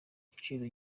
giciro